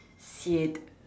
shit